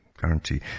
guarantee